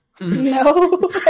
No